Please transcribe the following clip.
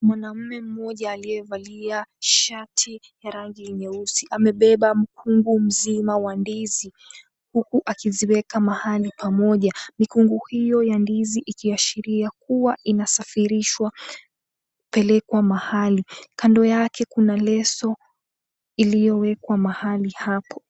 Mwanaume mmoja aliyevalia shati ya rangi nyeusi. Amebeba mkungu mzima wa ndizi huku akiziweka mahali pamoja. Mikungu hiyo ya ndizi ikiashiria kuwa inasafirishwa kupelekwa mahali. Kando yake Kuna leso iliyowekwa mahali hapo.